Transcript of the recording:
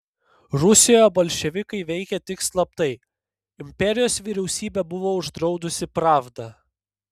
rusijoje bolševikai veikė tik slaptai imperijos vyriausybė buvo uždraudusi pravdą